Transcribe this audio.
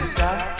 Stop